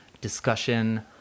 discussion